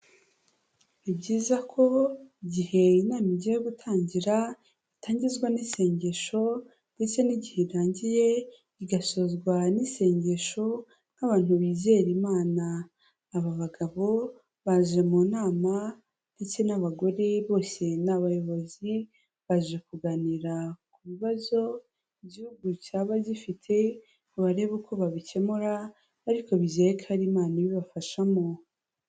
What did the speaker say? Ni byiza ko igihe inama igiye gutangira, itangizwa n'isengesho ndetse n'igihe irangiye igasozwa n'isengesho nk'abantu bizera Imana. Aba bagabo, baje mu nama ndetse n'abagore bose n'abayobozi, baje kuganira ku bibazo Igihugu cyaba gifite ngo barebe uko babikemura ariko bizeye ko hari Imana ibibafashamo.